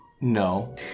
No